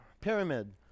Pyramid